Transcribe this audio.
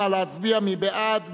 נא להצביע, מי בעד?